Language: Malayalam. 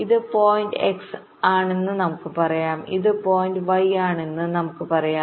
ഇത് പോയിന്റ് x ആണെന്ന് നമുക്ക് പറയാം ഇത് y പോയിന്റ് ആണെന്ന് നമുക്ക് പറയാം